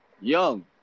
young –